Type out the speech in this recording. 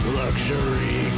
luxury